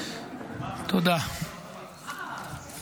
שר האוצר